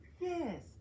Yes